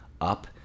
up